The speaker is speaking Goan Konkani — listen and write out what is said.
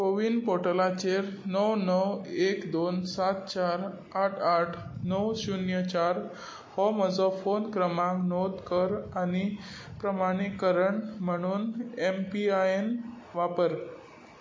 कोवीन पोर्टलाचेर णव णव एक दोन सात चार आठ आठ णव शुन्य चार हो म्हजो फोन क्रमांक नोंद कर आनी प्रमाणीकरण म्हुणून एम पी आय एन वापर